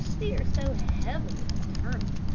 they are so heavily paternal!